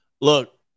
look